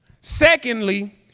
Secondly